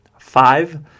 Five